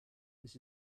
this